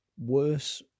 worse